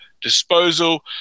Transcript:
disposal